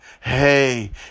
hey